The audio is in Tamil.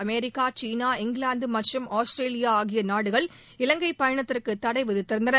அமெரிக்கா சீனா இங்கிலாந்து மற்றும் ஆஸ்திரேலியா ஆகிய நாடுகள் இலங்கை பயணத்திற்கு தடை விதித்திருந்தன